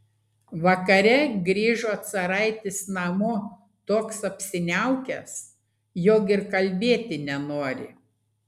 vakare grįžo caraitis namo toks apsiniaukęs jog ir kalbėti nenori